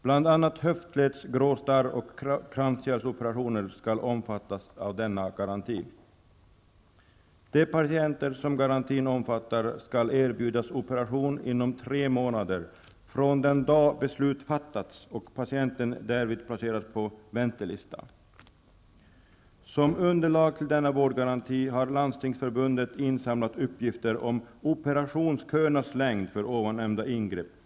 Bl.a. höftleds-, gråstarroch kranskärlsoperationer skall omfattas av denna garanti. De patienter som garantin omfattar skall erbjudas operation inom tre månader från den dag beslut fattats och patienten därvid placerats på väntelista. Som underlag till denna vårdgaranti har Landstingsförbundet insamlat uppgifter om operationsköernas längd för tidigare nämnda ingrepp.